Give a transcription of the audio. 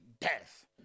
death